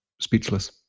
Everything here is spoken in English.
speechless